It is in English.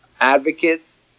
advocates